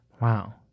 Wow